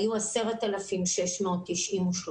היו 10,6093,